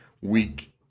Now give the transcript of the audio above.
week